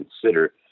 consider